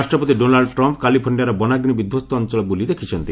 ରାଷ୍ଟ୍ରପତି Donald Trump କାର୍ଲିଫର୍ଣ୍ଣିଆର ବନାଗ୍ନି ବିଧ୍ୱସ୍ତ ଅଞ୍ଚଳ ବୁଲି ଦେଖିଛନ୍ତି